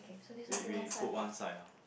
we we put one side ah